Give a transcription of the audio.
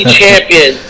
champion